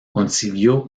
consiguió